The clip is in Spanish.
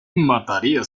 mataría